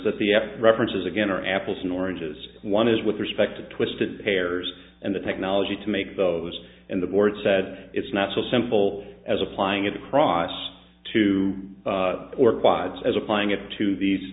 that the s references again are apples and oranges one is with respect to twisted pairs and the technology to make those in the board said it's not so simple as applying it across two or quads as applying it to these